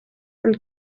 und